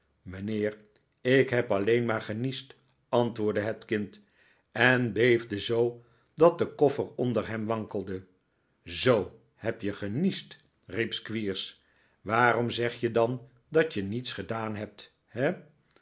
mijnheer ik heb alleen maar geniesd antwoordde het kind en beefde zoo dat de koffer onder hem wankelde zoo heb je geniesd riep squeers waarom zeg je dan dat je niets gedaan hebt he